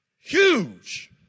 huge